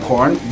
Corn